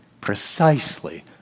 precisely